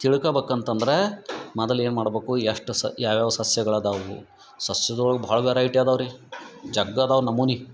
ತಿಳ್ಕಬಕಂತದ್ರೆ ಮೊದಲ್ ಏನು ಮಾಡ್ಬಕು ಎಷ್ಟು ಸ ಯಾವ್ಯಾವ ಸಸ್ಯಗಳು ಅದಾವೂ ಸಸ್ಯದೊಳ್ಗ ಭಾಳ ವೆರೈಟಿ ಅದಾವ್ರಿ ಜಗ್ಗಿ ಅದಾವು ನಮೂನಿ